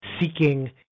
seeking